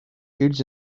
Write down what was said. kids